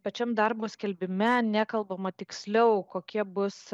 pačiam darbo skelbime nekalbama tiksliau kokie bus